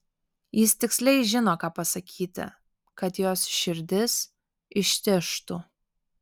jis tiksliai žino ką pasakyti kad jos širdis ištižtų